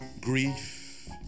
grief